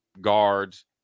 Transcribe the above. guards